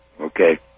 okay